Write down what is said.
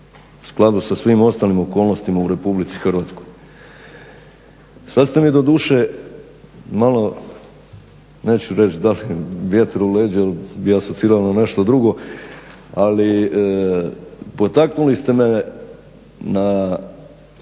u skladu sa svim ostalim okolnostima u RH. Sad ste mi doduše malo neću reći dali vjetar u leđa jer bih asocirao na nešto drugo, ali potaknuli ste me na